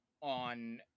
on